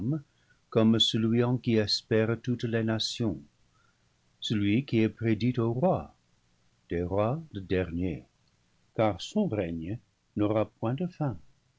comme celui en qui espèrent toutes les nations celui qui est prédit aux rois des rois le dernier car son règne n'aura point de